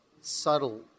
subtle